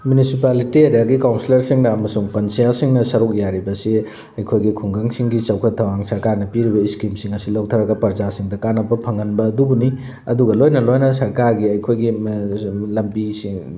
ꯃꯨꯅꯤꯁꯤꯄꯥꯜꯂꯤꯇꯤ ꯑꯦꯔꯤꯌꯥꯒꯤ ꯀꯥꯎꯟꯁꯤꯜꯂꯔꯁꯤꯡꯅ ꯑꯃꯁꯨꯡ ꯄꯟꯆꯌꯥꯠꯁꯤꯡꯅ ꯁꯔꯨꯛ ꯌꯥꯔꯤꯕꯁꯤ ꯑꯩꯈꯣꯏꯒꯤ ꯈꯨꯡꯒꯪꯁꯤꯡꯒꯤ ꯆꯥꯎꯈꯠ ꯊꯧꯔꯥꯡ ꯁꯔꯀꯥꯔꯅ ꯄꯤꯔꯤꯕ ꯏꯁꯀꯤꯝꯁꯤꯡ ꯑꯁꯤ ꯂꯧꯊꯔꯒ ꯄ꯭ꯔꯖꯥꯁꯤꯡꯗ ꯀꯥꯟꯅꯕ ꯐꯪꯍꯟꯕ ꯑꯗꯨꯕꯨꯅꯤ ꯑꯗꯨꯒ ꯂꯣꯏꯅ ꯂꯣꯏꯅꯅ ꯁꯔꯀꯥꯔꯒꯤ ꯑꯩꯈꯣꯏꯒꯤ ꯂꯝꯕꯤꯁꯤꯡ